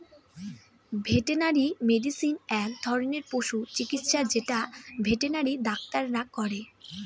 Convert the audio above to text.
veterinary medicine এক ধরনের পশু চিকিৎসা যেটা ভেটেনারি ডাক্তাররা করে